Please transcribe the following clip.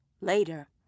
Later